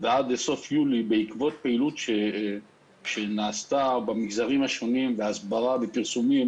ועד סוף יולי בעקבות פעילות שנעשתה במגזרים השונים בהסברה ובפרסומים